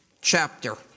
chapter